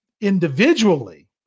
individually